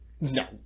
No